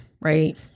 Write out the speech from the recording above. Right